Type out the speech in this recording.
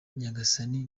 nyagasani